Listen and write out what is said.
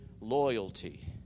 loyalty